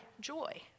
joy